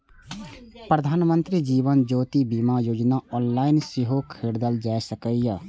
प्रधानमंत्री जीवन ज्योति बीमा योजना ऑनलाइन सेहो खरीदल जा सकैए